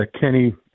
Kenny